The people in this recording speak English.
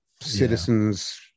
Citizens